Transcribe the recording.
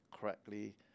correctly